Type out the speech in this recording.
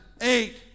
eight